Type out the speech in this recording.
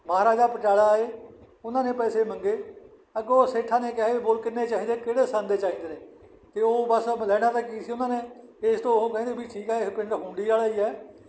ਮਹਾਰਾਜਾ ਪਟਿਆਲਾ ਏ ਉਹਨਾਂ ਨੇ ਪੈਸੇ ਮੰਗੇ ਅੱਗੋਂ ਸੇਠਾ ਨੇ ਕਿਹਾ ਬੋਲ ਕਿੰਨੇ ਚਾਹੀਦੇ ਕਿਹੜੇ ਸੰਨ ਦੇ ਚਾਹੀਦੇ ਨੇ ਅਤੇ ਉਹ ਬਸ ਲੈਣਾ ਦਾ ਕੀ ਸੀ ਉਹਨਾਂ ਨੇ ਇਸ ਤੋਂ ਉਹ ਕਹਿੰਦੇ ਵੀ ਠੀਕ ਹੈ ਇਹ ਪਿੰਡ ਬਸ ਹੁੰਡੀ ਵਾਲਾ ਹੀ ਹੈ